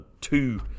two